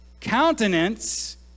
countenance